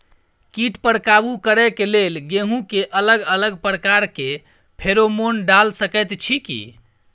कीट पर काबू करे के लेल गेहूं के अलग अलग प्रकार के फेरोमोन डाल सकेत छी की?